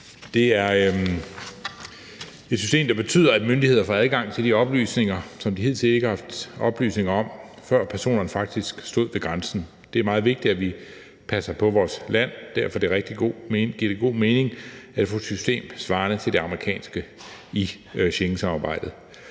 Det er et system, der betyder, at myndigheder får adgang til de oplysninger, som de hidtil ikke har haft kendskab til, før personerne faktisk stod ved grænsen. Det er meget vigtigt, at vi passer på vores land, og derfor giver det god mening at få et system svarende til det amerikanske i Schengensamarbejdet.